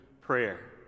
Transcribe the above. prayer